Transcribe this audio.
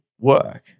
work